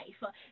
life